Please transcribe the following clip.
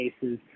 cases